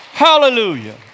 Hallelujah